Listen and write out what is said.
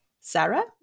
Sarah